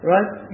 Right